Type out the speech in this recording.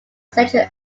central